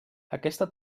aquesta